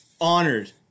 honored